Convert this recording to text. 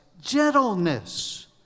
Gentleness